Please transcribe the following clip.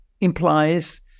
implies